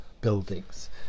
buildings